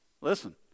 Listen